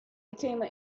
fatima